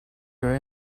your